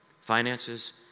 Finances